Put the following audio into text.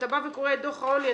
כשאתה בא וקורא את דוח העוני,